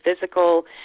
physical